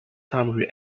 summary